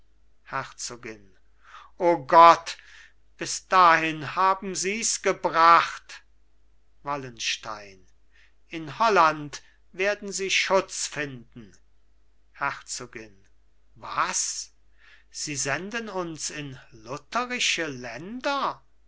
herzogin o gott bis dahin haben sies gebracht wallenstein in holland werden sie schutz finden herzogin was sie senden uns in lutherische länder